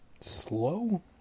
Slow